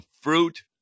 fruit